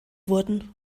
wurden